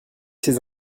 ses